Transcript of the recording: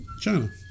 China